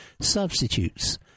Substitutes